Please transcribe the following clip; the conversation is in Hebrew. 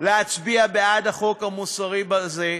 להצביע בעד החוק המוסרי הזה.